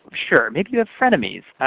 sure. maybe you have frenemies.